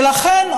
ולכן,